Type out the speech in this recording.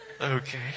Okay